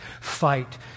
fight